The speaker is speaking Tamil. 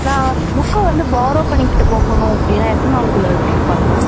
நான் புக்கை வந்து பாரோ பண்ணிக்கிட்டு போகணும் அப்படின்னா எத்தனை நாளுக்குள்ள ரிட்டன் பண்ணணும்